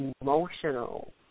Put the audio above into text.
emotional